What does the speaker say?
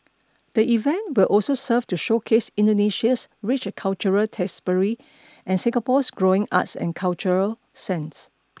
the event will also serve to showcase Indonesia's rich cultural tapestry and Singapore's growing arts and cultural sense